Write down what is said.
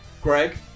Greg